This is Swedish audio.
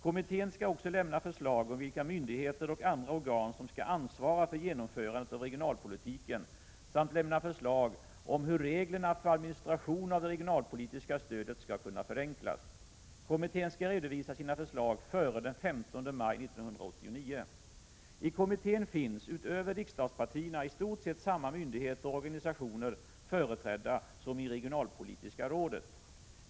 Kommittén skall också lämna förslag om vilka myndigheter och andra organ som skall ansvara för genomförandet av regionalpolitiken samt lämna förslag om hur reglerna för administration av det regionalpolitiska stödet skall kunna förenklas. Kommittén skall redovisa sina förslag före den 15 maj 1989. I kommittén finns, utöver riksdagspartierna, i stort sett samma myndigheter och organisationer företrädda som i regionalpolitiska rådet.